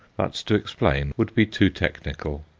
but to explain would be too technical.